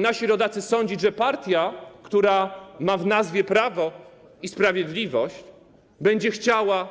Nasi rodacy mogli sądzić, że partia, która ma w nazwie Prawo i Sprawiedliwość, będzie chciała